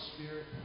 Spirit